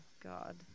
God